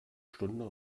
stunde